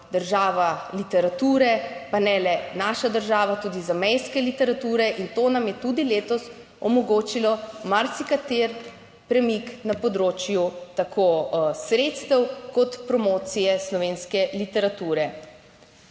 država literature, pa ne le naša država, tudi zamejske literature in to nam je tudi letos omogočilo marsikateri premik na področju tako sredstev kot promocije slovenske literature.